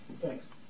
Thanks